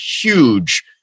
huge